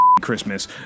christmas